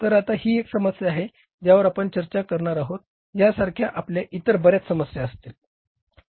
तर आता ही एक समस्या आहे ज्यावर आपण चर्चा करणार आहोत यासारख्या आपल्या इतर बर्याच समस्या असतील